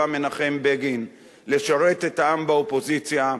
מנחם בגין "לשרת את העם באופוזיציה",